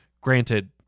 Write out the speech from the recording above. Granted